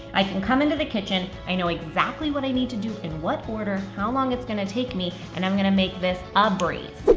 i can come into the kitchen. i know exactly what i need to do in what order, how long it's gonna take me, and i'm gonna make this a breeze.